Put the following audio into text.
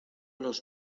los